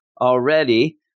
already